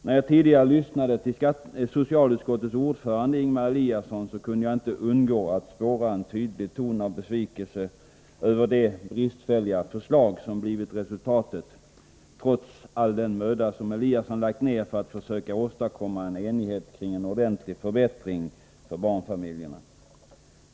När jag tidigare lyssnade till socialutskottets ordförande Ingemar Eliasson kunde jag inte undgå att spåra en tydlig ton av besvikelse över det bristfälliga förslag som blivit resultatet, trots all den möda som Eliasson lagt ner för att försöka åstadkomma en enighet kring en ordentlig förbättring för barnfamiljerna.